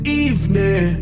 evening